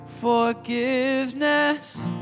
Forgiveness